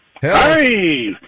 Hey